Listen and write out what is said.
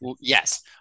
Yes